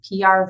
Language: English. PR